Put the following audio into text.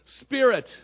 spirit